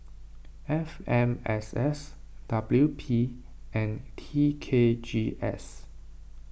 F M S S W P and T K G S